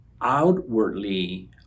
outwardly